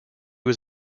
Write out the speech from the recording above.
was